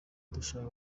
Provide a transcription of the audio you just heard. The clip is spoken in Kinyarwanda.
dushaka